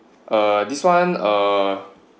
uh this one uh